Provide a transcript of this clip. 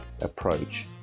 approach